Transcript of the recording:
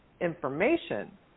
information